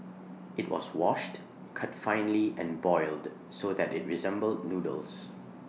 IT was washed cut finely and boiled so that IT resembled noodles